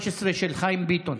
ההסתייגות (112) של חבר הכנסת חיים ביטון